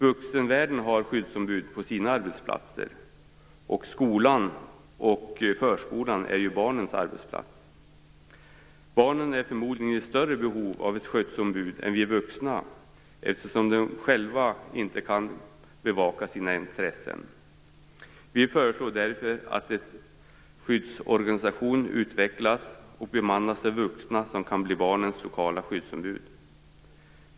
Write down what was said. Vuxenvärlden har skyddsombud på sina arbetsplatser. Skolan och förskolan är ju barnens arbetsplats. Barnen är förmodligen i större behov av ett skyddsombud än vi vuxna eftersom de själva inte kan bevaka sina intressen. Vi föreslår därför att en skyddsorganisation utvecklas och bemannas av vuxna som kan bli barnens lokala skyddsombud.